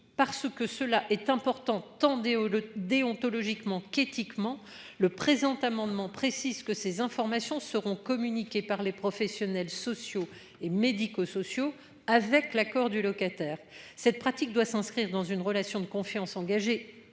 parce que cela est important. Tendez. Déontologiquement qu'éthiquement le présent amendement précise que ces informations seront communiquées par les professionnels sociaux et médico-sociaux, avec l'accord du locataire cette pratique doit s'inscrire dans une relation de confiance, engagé